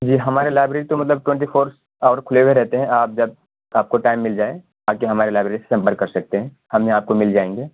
جی ہمارے لائیبریری تو مطلب ٹوئنٹی فور آور کھلے ہوئے رہتے ہیں آپ جب آپ کو ٹائم مل جائے آکے ہمارے لائیبریری سے سنمپرک کر سکتے ہیں ہم یہاں آپ کو مل جائیں گے